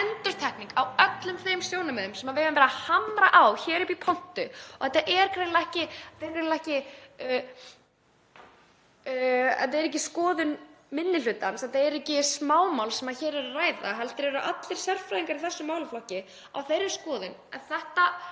þetta er bara endurtekning á öllum þeim sjónarmiðum sem við höfum verið að hamra á hér uppi í pontu. Þetta er ekki bara skoðun minni hlutans, þetta er ekki smámál sem hér er um að ræða heldur eru allir sérfræðingar í þessum málaflokki á þeirri skoðun